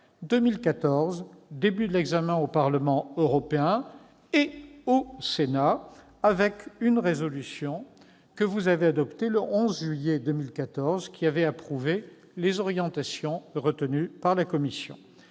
cette directive par le Parlement européen et le Sénat, avec une résolution que vous avez adoptée le 11 juillet 2014, approuvant les orientations retenues par la Commission.